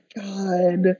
god